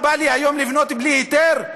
בא לי היום לבנות בלי היתר?